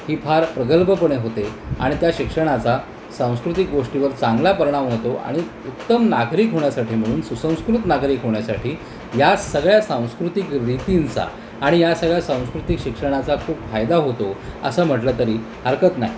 ही फार प्रगल्भपणे होते आणि त्या शिक्षणाचा सांस्कृतिक गोष्टीवर चांगला परिणाम होतो आणि उत्तम नागरिक होण्यासाठी म्हणून सुसंस्कृत नागरिक होण्यासाठी या सगळ्या सांस्कृतिक रीतींचा आणि या सगळ्या सांस्कृतिक शिक्षणाचा खूप फायदा होतो असं म्हटलं तरी हरकत नाही